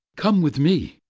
come with me,